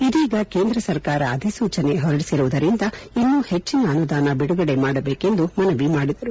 ಇದೀಗ ಕೇಂದ್ರ ಸರ್ಕಾರ ಅಧಿಸೂಚನೆ ಹೊರಡಿಸಿರುವುದರಿಂದ ಇನ್ನೂ ಹೆಚ್ಚಿನ ಅನುದಾನ ಬಿಡುಗಡೆ ಮಾಡಬೇಕು ಎಂದು ಮನವಿ ಮಾಡಿದರು